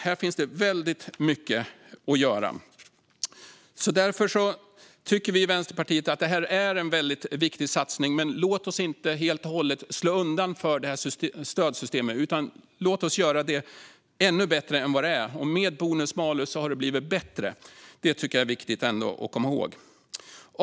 Här finns det väldigt mycket att göra. Vi i Vänsterpartiet tycker att det är en väldigt viktig satsning. Men låt oss inte helt och hållet slå undan för stödsystemet. Låt oss göra det ännu bättre än vad det är. Med bonus-malus har det blivit bättre. Det är ändå viktigt att komma ihåg. Fru talman!